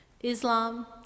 Islam